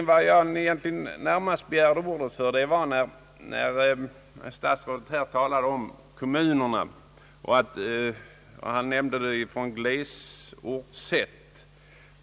Vad jag egentligen begärde ordet för var när statsrådet talade om kommunerna ur glesbygdernas synvinkel.